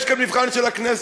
יש כאן מבחן של הכנסת,